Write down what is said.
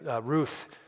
Ruth